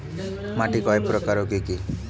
মাটি কয় প্রকার ও কি কি?